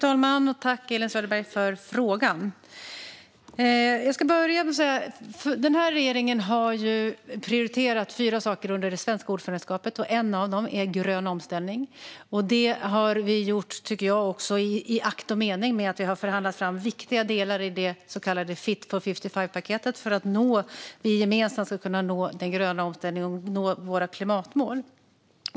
Fru talman! Jag tackar Elin Söderberg för frågan. Till att börja med har regeringen prioriterat fyra saker under det svenska ordförandeskapet, och en av dem är grön omställning. Det har vi gjort i akt och mening att förhandla fram viktiga delar i det så kallade Fit for 55-paketet för att vi gemensamt ska kunna nå den gröna omställningen och våra klimatmål.